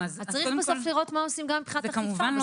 צריך לראות מה עושים גם מבחינת אכיפה.